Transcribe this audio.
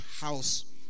house